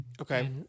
Okay